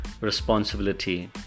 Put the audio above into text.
responsibility